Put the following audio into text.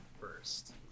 first